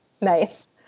nice